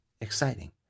exciting